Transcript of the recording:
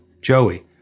Joey